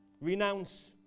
renounce